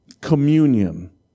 communion